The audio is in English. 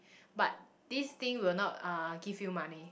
but this thing will not uh give you money